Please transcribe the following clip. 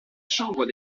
chambre